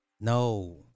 No